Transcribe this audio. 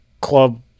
club